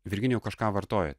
virginijau kažką vartojat